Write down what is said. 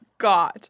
God